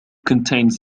contains